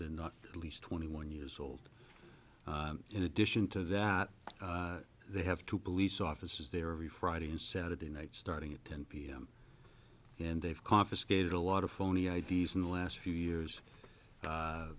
they're not at least twenty one years old in addition to that they have two police officers there every friday and saturday night starting at ten p m and they've confiscated a lot of phony i d s in the last few years